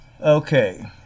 Okay